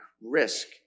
risk